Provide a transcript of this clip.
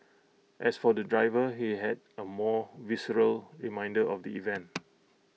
as for the driver he had A more visceral reminder of the event